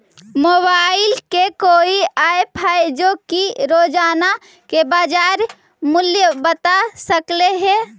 Mobile के कोइ app है जो कि रोजाना के बाजार मुलय बता सकले हे?